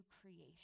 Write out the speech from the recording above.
creation